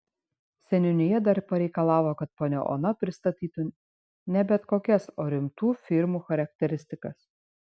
seniūnija dar pareikalavo kad ponia ona pristatytų ne bet kokias o rimtų firmų charakteristikas